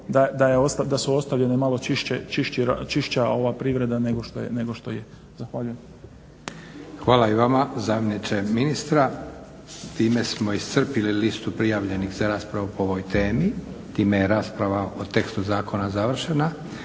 da su ostavljene malo čišća privreda nego što je. Zahvaljujem. **Leko, Josip (SDP)** Hvala i vama zamjeniče ministra. Time smo iscrpili listu prijavljenih za raspravu po ovoj temi. Time je rasprava o tekstu zakona završena.